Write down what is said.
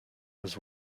was